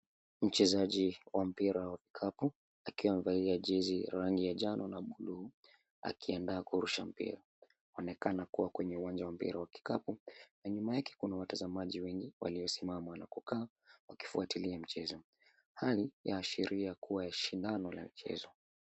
Mchezaji wa mpira wa vikapu akiwa amevali jezi ya rangi ya njano na buluu akiandaa kurusha mpira. Anaonekana kuwa kwenye uwanja wa mpira wa vikapu na nyuma yake kuna watazamaji wengine walisimama na kukaa wakifuatilia mchezo. Hali yaashiria kuwa shindano la mchezo.